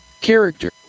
character